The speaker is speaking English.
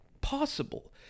possible